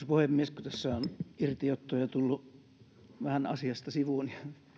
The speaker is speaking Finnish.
puhemies kun tässä on irtiottoja tullut vähän asiasta sivuun